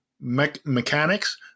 mechanics